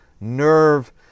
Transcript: nerve